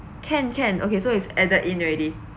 can can okay so it's added in already